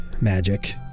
magic